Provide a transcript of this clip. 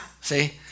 See